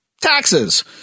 Taxes